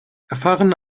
erfahrene